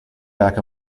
back